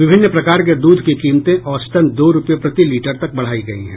विभिन्न प्रकार के दूध की कीमते औसतन दो रूपये प्रति लीटर तक बढ़ायी गयी हैं